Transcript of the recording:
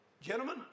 gentlemen